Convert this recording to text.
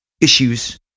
issues